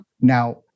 Now